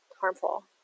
harmful